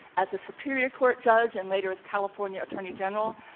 as a superior court judge, and later as california attorney general,